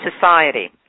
society